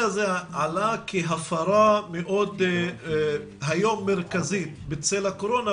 הזה עלה כהפרה מאוד מרכזית היום בצל הקורונה,